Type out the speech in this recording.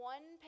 One